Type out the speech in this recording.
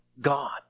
God